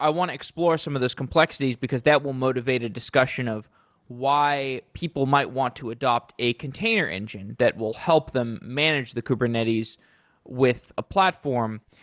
i want to explore some of these complexities because that will motivate a discussion of why people might want to adopt a container engine that will help them manage the kubernetes with a platform.